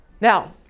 Now